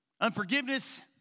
unforgiveness